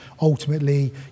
ultimately